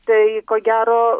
tai ko gero